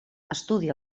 estudia